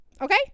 okay